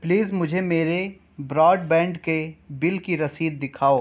please مجھے میرے broadband کے بل کی رسید دکھاؤ